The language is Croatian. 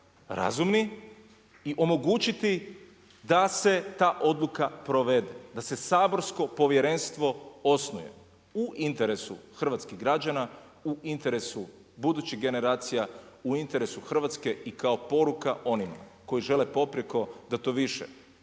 razumni i omogućiti da se ta odluka provede, da se saborsko povjerenstvo osnuje u interesu hrvatskih građana, u interesu budućih generacija, u interesu Hrvatske i kao poruka onim koji žele poprijeko da to više